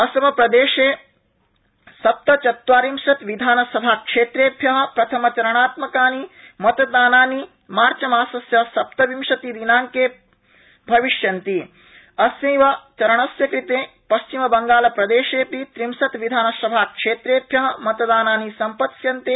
असमप्रदेशे सप्तचत्वारिशत् विधानसभाक्षेत्रेभ्य प्रथमचरणात्मकानि मतदानानि मार्चमासस्य सप्तविंशतितमे दिनांके भविष्यन्ति अस्थैव चरणस्य कृते पश्चिमबंगालप्रदेशे च विंशत् विधानसभाक्षेत्रेभ्य मतदानानि सम्पत्स्यन्ते